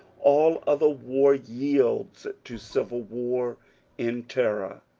all other war yields to civil war in terror.